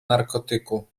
narkotyku